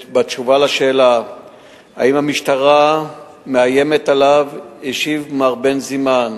בתשובה על השאלה האם המשטרה מאיימת עליו השיב מר בנזימן